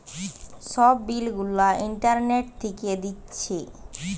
সব বিল গুলা ইন্টারনেট থিকে দিচ্ছে